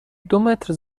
دومتر